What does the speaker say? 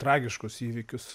tragiškus įvykius